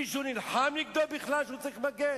מישהו נלחם נגדו בכלל שהוא צריך מגן?